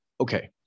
okay